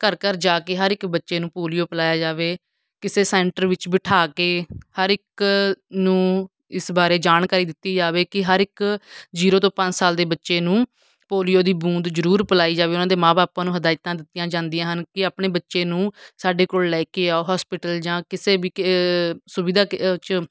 ਘਰ ਘਰ ਜਾ ਕੇ ਹਰ ਇੱਕ ਬੱਚੇ ਨੂੰ ਪੋਲੀਓ ਪਿਲਾਇਆ ਜਾਵੇ ਕਿਸੇ ਸੈਂਟਰ ਵਿੱਚ ਬਿਠਾ ਕੇ ਹਰ ਇੱਕ ਨੂੰ ਇਸ ਬਾਰੇ ਜਾਣਕਾਰੀ ਦਿੱਤੀ ਜਾਵੇ ਕਿ ਹਰ ਇੱਕ ਜੀਰੋ ਤੋਂ ਪੰਜ ਸਾਲ ਦੇ ਬੱਚੇ ਨੂੰ ਪੋਲੀਓ ਦੀ ਬੂੰਦ ਜ਼ਰੂਰ ਪਿਲਾਈ ਜਾਵੇ ਉਹਨਾਂ ਦੇ ਮਾਂ ਬਾਪਾਂ ਨੂੰ ਹਦਾਇਤਾਂ ਦਿੱਤੀਆਂ ਜਾਂਦੀਆਂ ਹਨ ਕਿ ਆਪਣੇ ਬੱਚੇ ਨੂੰ ਸਾਡੇ ਕੋਲ ਲੈ ਕੇ ਆਉ ਹੋਸਪਿਟਲ ਜਾਂ ਕਿਸੇ ਵੀ ਕ ਸੁਵਿਧਾ ਕੇ ਉਹ 'ਚ